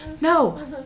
no